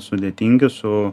sudėtingi su